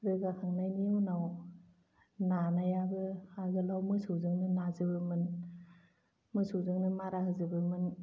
रोगाखांनायनि उनाव नानायाबो आगोलाव मोसौजोंनो नाजोबोमोन मोसौजोंनो मारा होजोबोमोन